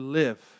live